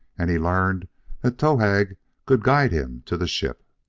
and he learned that towahg could guide him to the ship.